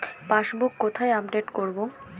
Passbook কোথায় update করব?